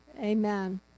Amen